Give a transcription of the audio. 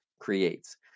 creates